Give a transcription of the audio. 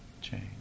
change